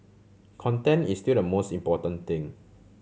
content is still the most important thing